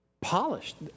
polished